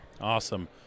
Awesome